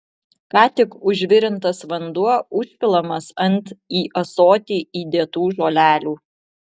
ką tik užvirintas vanduo užpilamas ant į ąsotį įdėtų žolelių